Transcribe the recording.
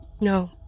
no